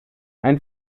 ein